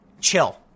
Chill